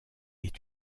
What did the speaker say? est